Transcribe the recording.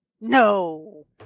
no